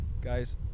guys